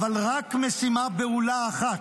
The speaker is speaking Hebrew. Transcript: אבל רק משימה בהולה אחת.